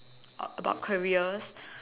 about careers